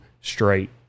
straight